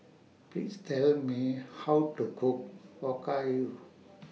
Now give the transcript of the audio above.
Please Tell Me How to Cook Okayu